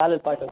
चालेल पाठवतो